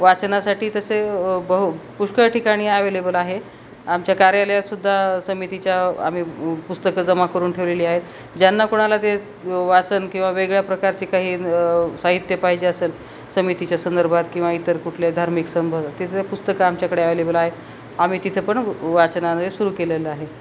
वाचनासाठी तसे बहु पुष्कळ ठिकाणी ॲवेलेबल आहे आमच्या कार्यालयातसुद्धा समितीच्या आम्ही पुस्तकं जमा करून ठेवलेली आहेत ज्यांना कोणाला ते वाचन किंवा वेगळ्या प्रकारचे काही साहित्य पाहिजे असेल समितीच्या संदर्भात किंवा इतर कुठले धार्मिक संबध तिथे पुस्तकं आमच्याकडे अवेलेबल आहे आम्ही तिथे पण वाचनालय सुरू केलेलं आहे